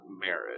marriage